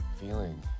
feeling